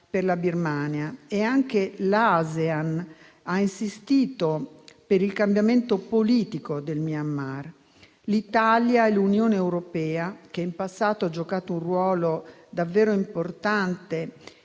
per la Birmania. Anche l'ASEAN ha insistito per il cambiamento politico del Myanmar. L'Italia e l'Unione europea (che in passato ha giocato un ruolo davvero importante